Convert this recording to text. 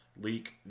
Leak